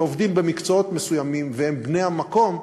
שעובדים במקצועות מסוימים והם בני המקום,